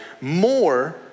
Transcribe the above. more